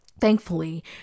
thankfully